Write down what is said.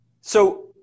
So-